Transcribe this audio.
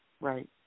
Right